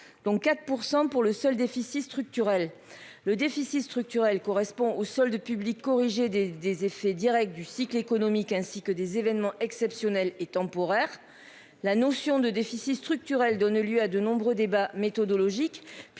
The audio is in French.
dont 4% pour le seul déficit structurel. Le déficit structurel correspond au solde public des des effets Directs du cycle économique ainsi que des événements exceptionnels et temporaires. La notion de déficit structurel donne lieu à de nombreux débats méthodologique,